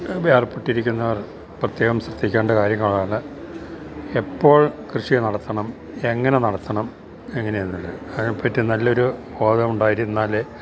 ഏർപ്പെട്ടിരിക്കുന്നവര് പ്രത്യേകം ശ്രദ്ധിക്കേണ്ട കാര്യങ്ങളാണ് എപ്പോൾ കൃഷി നടത്തണം എങ്ങനെ നടത്തണം എങ്ങനെയെന്നുള്ളത് അതിനെപ്പറ്റി നല്ലൊരു ബോധം ഉണ്ടായിരുന്നാലേ